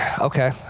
Okay